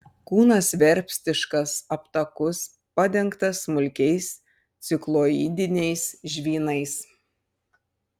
kūnas verpstiškas aptakus padengtas smulkiais cikloidiniais žvynais